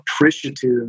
appreciative